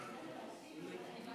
אתה?